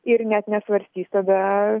ir net nesvarstys tada